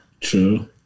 true